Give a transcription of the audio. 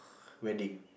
wedding